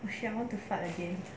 oh shit I want to fart again